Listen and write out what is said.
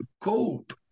cope